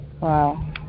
Wow